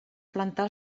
plantar